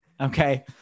Okay